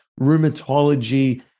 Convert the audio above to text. rheumatology